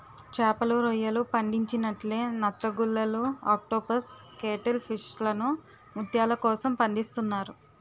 చేపలు, రొయ్యలు పండించినట్లే నత్తగుల్లలు ఆక్టోపస్ కేటిల్ ఫిష్లను ముత్యాల కోసం పండిస్తున్నారు